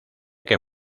que